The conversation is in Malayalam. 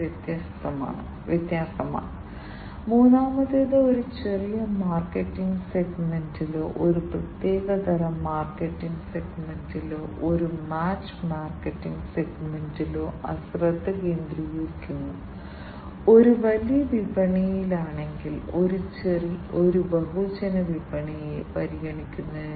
അതിനാൽ ഈ അനലോഗ് ഡിറ്റക്ഷൻ സർക്യൂട്ട് ആവശ്യമാണ് തുടർന്ന് നിങ്ങൾക്ക് കുറച്ച് ഡിജിറ്റൽ സിഗ്നൽ കണ്ടീഷനിംഗ് യൂണിറ്റ് ആവശ്യമാണ് ഈ digital signal conditioning unit analogue signal ശേഖരിച്ച ശേഷം ഡിജിറ്റൈസ് ചെയ്യാൻ ആഗ്രഹിക്കുന്നു നിങ്ങളുടെ സിഗ്നലുകളിൽ നിന്ന് ഡിജിറ്റൽ ഡാറ്റ ലഭിക്കാൻ നിങ്ങൾ ആഗ്രഹിക്കുന്നു